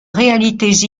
réalités